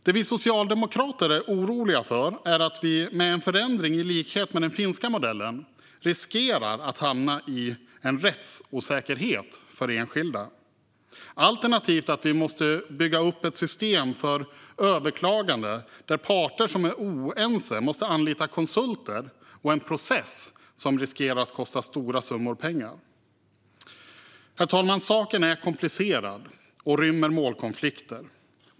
Det vi socialdemokrater är oroliga för är att vi med en förändring i likhet med den finska modellen riskerar att hamna i en rättsosäkerhet för enskilda. Alternativt måste vi bygga upp ett system för överklagande där parter som är oense måste anlita konsulter, vilket är en process som riskerar att kosta stora summor pengar. Herr talman! Saken är komplicerad och rymmer målkonflikter.